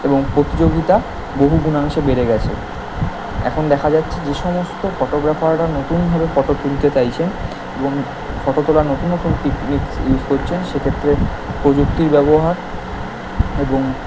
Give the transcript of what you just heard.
এবং প্রতিযোগিতা বহুগুনাংশে বেড়ে গেছে এখন দেখা যাচ্ছে যে সমস্ত ফটোগ্রাফাররা নতুনভাবে ফটো তুলতে চাইছেন এবং ফটো তোলার নতুন নতুন টেকনিক ইউস করছেন সে ক্ষেত্রে প্রযুক্তির ব্যবহার এবং